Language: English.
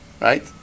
Right